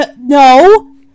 no